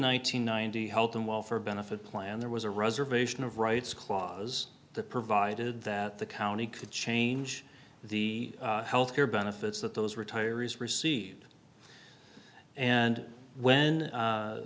hundred ninety health and welfare benefit plan there was a reservation of rights clause that provided that the county could change the health care benefits that those retirees received and when